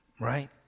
right